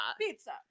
Pizza